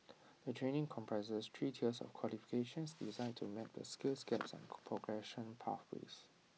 the training comprises three tiers of qualifications designed to map the skills gaps and progression pathways